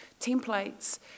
templates